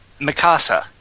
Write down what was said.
Mikasa